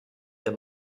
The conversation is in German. der